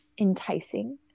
enticing